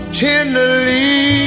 tenderly